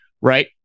right